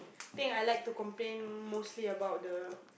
think I like to complain mostly about the